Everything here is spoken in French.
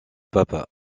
papa